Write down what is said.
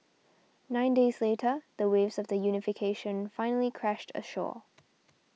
nine days later the waves of the unification finally crashed ashore